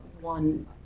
one